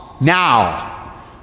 now